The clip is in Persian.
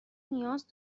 نیاز